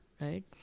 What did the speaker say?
right